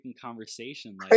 conversation